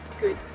good